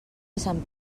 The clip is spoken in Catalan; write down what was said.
sant